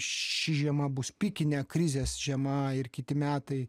ši žiema bus pikinė krizės žiema ir kiti metai